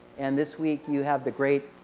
and this week you have the great